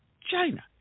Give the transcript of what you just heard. China